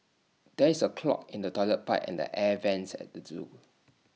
there is A clog in the Toilet Pipe and the air Vents at the Zoo